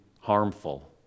harmful